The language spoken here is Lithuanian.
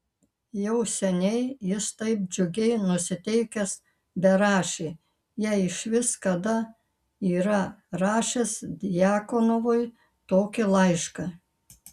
jau seniai jis taip džiugiai nusiteikęs berašė jei išvis kada yra rašęs djakonovui tokį laišką